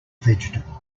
vegetables